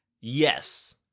yes